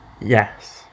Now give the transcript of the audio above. Yes